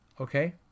Okay